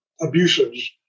abuses